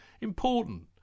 important